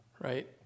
Right